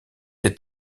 est